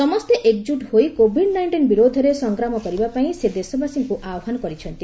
ସମସ୍ତେ ଏକଜୁଟ୍ ହୋଇ କୋଭିଡ୍ ନାଇଷ୍ଟିନ୍ ବିରୁଦ୍ଧରେ ସଂଗ୍ରାମ କରିବା ପାଇଁ ସେ ଦେଶବାସୀଙ୍କୁ ଆହ୍ୱାନ କରିଛନ୍ତି